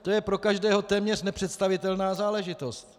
To je pro každého téměř nepředstavitelná záležitost.